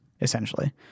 essentially